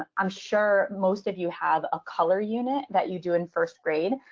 i'm sure most of you have a color unit that you do in first grade.